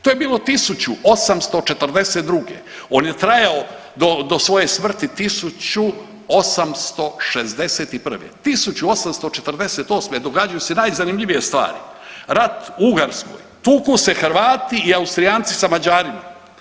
To je bilo 1842. on je trajao do svoje smrti 1861., 1848. događaju se najzanimljivije stvari, rat u Ugarskoj tuku su Hrvati i Austrijanci sa Mađarima.